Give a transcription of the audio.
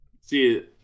See